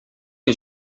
que